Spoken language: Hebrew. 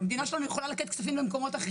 המדינה שלנו יכולה לתת כספים למקומות אחרים,